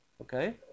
Okay